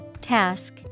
Task